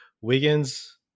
Wiggins